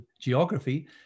geography